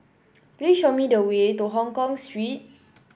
please show me the way to Hongkong Street